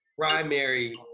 primary